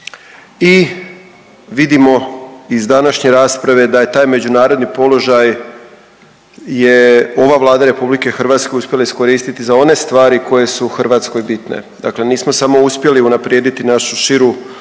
i vidimo iz današnje rasprave, da je taj međunarodni položaj je ova Vlada RH uspjela iskoristiti za one stvari koje su Hrvatskoj bitne. Dakle nismo samo uspjeli unaprijediti našu širu